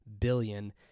billion